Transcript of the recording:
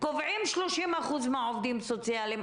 קובעים 30% מהעובדים הסוציאליים,